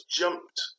jumped